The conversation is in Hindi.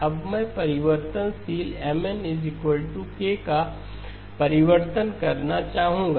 अब मैं परिवर्तनशील Mn k का परिवर्तन करना चाहूंगा